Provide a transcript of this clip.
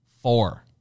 four